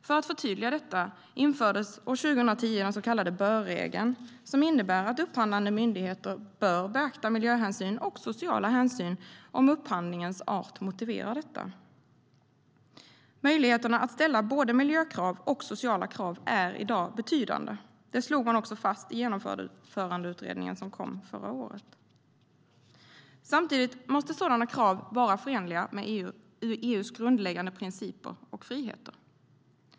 För att förtydliga detta infördes år 2010 den så kallade bör-regeln, som innebär att upphandlande myndigheter bör beakta miljöhänsyn och sociala hänsyn om upphandlingens art motiverar detta. Möjligheterna att ställa både miljökrav och sociala krav är i dag betydande. Det slog man också fast i Genomförandeutredningen, som kom förra året. Samtidigt måste sådana krav vara förenliga med EU:s grundläggande principer och friheter.